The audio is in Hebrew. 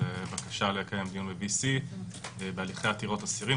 הבקשה לקיים דיון ב-VC בעתירות אסירים.